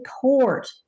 Court